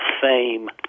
fame